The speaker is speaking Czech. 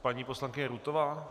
Paní poslankyně Rutová.